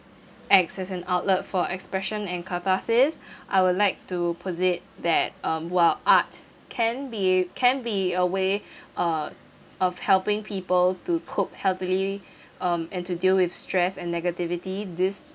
acts as an outlet for expression and catharsis I would like to posit that um while art can be can be a way uh of helping people to cope healthily um and to deal with stress and negativity this